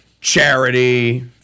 Charity